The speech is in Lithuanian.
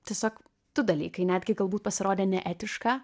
tiesiog du dalykai netgi galbūt pasirodė ne etiška